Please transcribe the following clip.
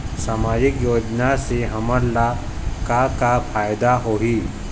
सामाजिक योजना से हमन ला का का फायदा होही?